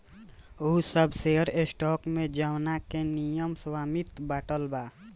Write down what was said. उ सब share stock ह जवना में निगम के स्वामित्व बाटल बा